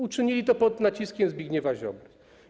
Uczynili to pod naciskiem Zbigniewa Ziobry.